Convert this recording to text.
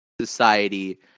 society